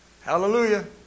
Hallelujah